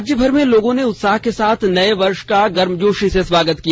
राज्यभर में लोगों ने उत्साह के साथ नए वर्ष का गर्मजोषी से स्वागत किया